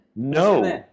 No